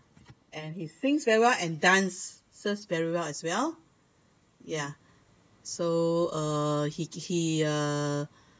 and he sings very well and dances very well as well ya so uh he he